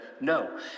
no